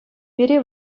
пире